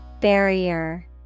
Barrier